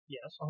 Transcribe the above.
Yes